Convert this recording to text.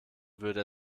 würde